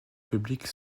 public